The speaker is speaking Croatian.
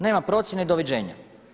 Nema procjene i doviđenja.